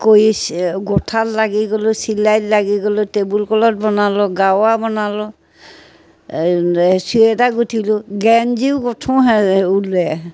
কৰি গোঁঠাত লাগি গ'লোঁ চিলাইত লাগি গ'লোঁ টেবুল ক্লথ বনালোঁ গাৰু ওৱাৰ বনালোঁ এই চুৱেটাৰ গুঠিলোঁ গেঞ্জিও গোঁঠোহে ঊলেৰে